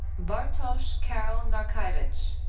bartosz karol narkkiewicz.